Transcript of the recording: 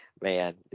Man